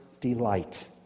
delight